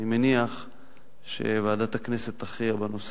אני מניח שוועדת הכנסת תכריע בו.